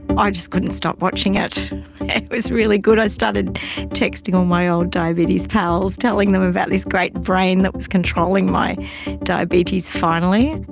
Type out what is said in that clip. ah i just couldn't stop watching it. it was really good, i started texting all my old diabetes pals, telling them about this great brain that was controlling my diabetes, finally.